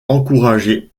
encouragée